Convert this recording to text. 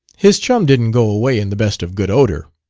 his chum didn't go away in the best of good odor.